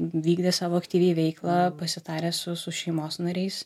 vykdė savo aktyviai veiklą pasitarę su su šeimos nariais